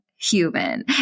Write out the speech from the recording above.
Human